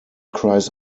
cries